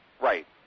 Right